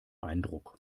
eindruck